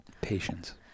patience